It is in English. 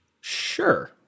Sure